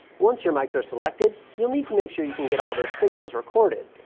once your mics are selected, you'll need to make sure you can get all those signals recorded.